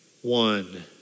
one